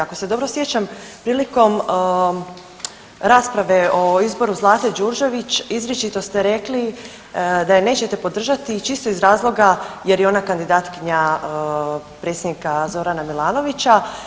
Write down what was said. Ako se dobro sjećam prilikom rasprave o izboru Zlate Đurđević izričito ste rekli da je nećete podržati čisto iz razloga jer je ona kandidatkinja predsjednika Zorana Milanovića.